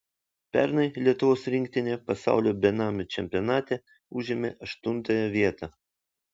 pernai lietuvos rinktinė pasaulio benamių čempionate užėmė aštuntąją vietą